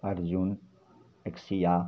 Arjun एक्सिआ